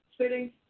sitting